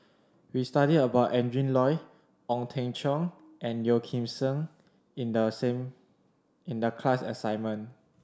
we studied about Adrin Loi Ong Teng Cheong and Yeo Kim Seng in the same in the class assignment